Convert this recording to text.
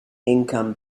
income